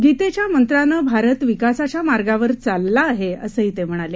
गीतेच्या मंत्राने भारत विकासाच्या मार्गावर चालला आहे असंही ते म्हणाले